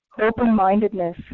open-mindedness